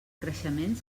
creixement